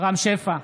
רם שפע,